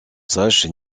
sache